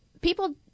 people